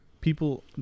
People